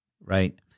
Right